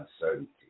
uncertainty